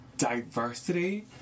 diversity